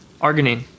Arginine